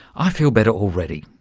i feel better already.